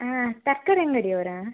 ಹಾಂ ತರಕಾರಿ ಅಂಗಡಿಯವರಾ